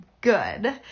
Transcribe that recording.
good